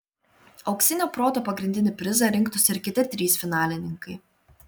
auksinio proto pagrindinį prizą rinktųsi ir kiti trys finalininkai